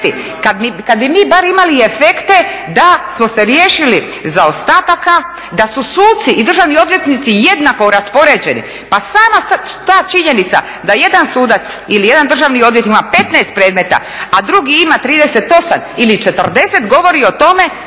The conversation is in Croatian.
Kad bi mi barem imali efekte da smo se riješili zaostataka, da su suci i državni odvjetnici jednako raspoređeni. Pa sama ta činjenica da jedan sudac ili jedan državni odvjetnik ima 15 predmeta, a drugi ima 38 ili 40, govori o tome